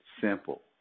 simple